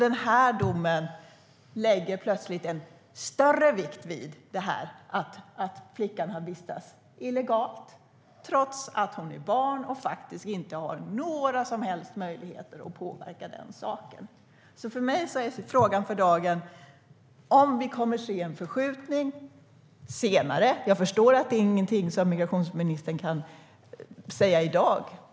Den här domen lägger plötsligt en större vikt vid att flickan har vistats här illegalt trots att hon är barn och inte har några som helst möjligheter att påverka den saken. För mig är frågan för dagen om vi kommer att se en förskjutning senare. Jag förstår att det inte är någonting som migrationsministern kan säga i dag.